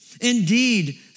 Indeed